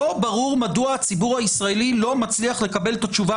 לא ברור מדוע הציבור הישראלי לא מצליח לקבל את התשובה